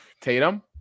Tatum